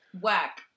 Whack